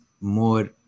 more